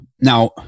now